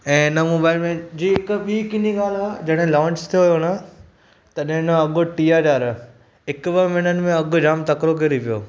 ऐ हिन मोबाइल में जंहिं हिक ॿी किन्ही ॻाल्हि आहे जॾहिं लॉन्च थियो न तॾहिं हिन जो अघु टीह हज़ार हिकु ॿ महिननि में अघु जाम तकिड़ो किरी पियो